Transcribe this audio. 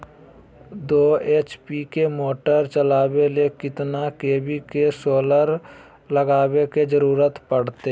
दो एच.पी के मोटर चलावे ले कितना के.वी के सोलर लगावे के जरूरत पड़ते?